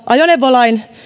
ajoneuvolain